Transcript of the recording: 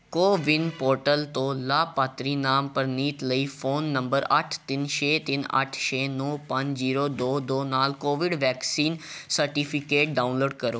CoWIN portal ਤੋਂ ਲਾਭਪਾਤਰੀ ਨਾਮ ਪ੍ਰਨੀਤ ਲਈ ਫ਼ੋਨ ਨੰਬਰ ਅੱਠ ਤਿੰਨ ਛੇ ਤਿੰਨ ਅੱਠ ਛੇ ਨੌਂ ਪੰਜ ਜੀਰੋ ਦੋ ਦੋ ਨਾਲ ਕੋਵਿਡ ਵੈਕਸੀਨ ਸਰਟੀਫਿਕੇਟ ਡਾਊਨਲੋਡ ਕਰੋ